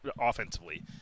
offensively